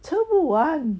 吃不完